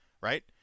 right